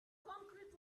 concrete